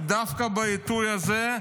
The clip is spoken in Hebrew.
דווקא בעיתוי הזה,